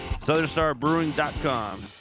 SouthernStarBrewing.com